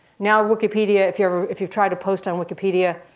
now wikipedia, if you've if you've tried to post on wikipedia,